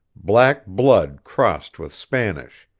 black blood crossed with spanish